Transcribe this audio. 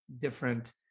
different